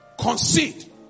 Concede